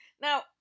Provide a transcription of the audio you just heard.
Now